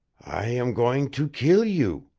i am going to kill you,